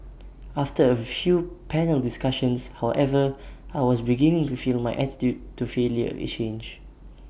after A few panel discussions however I was beginning to feel my attitude to failure change